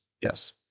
Yes